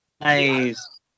Nice